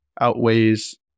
outweighs